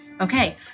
Okay